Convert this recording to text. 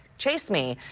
chase me.